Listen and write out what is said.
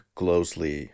closely